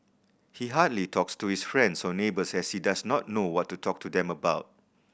he hardly talks to his friends or neighbours as he does not know what to talk to them about